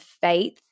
faith